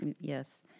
Yes